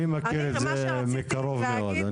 אני מכיר את זה מקרוב מאוד.